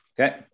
Okay